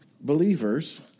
believers